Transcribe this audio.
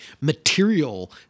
material